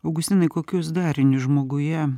augustinai kokius darinius žmoguje